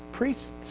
Priests